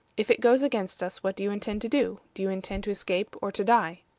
if it goes against us, what do you intend to do? do you intend to escape, or to die?